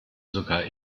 sogar